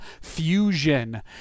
Fusion